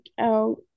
out